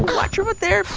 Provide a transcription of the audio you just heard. watch your foot there.